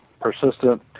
persistent